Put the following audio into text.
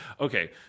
okay